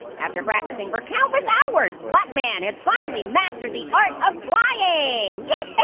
after practicing for countless hours. buttman has finally mastered the art of flying. yeah.